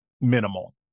minimal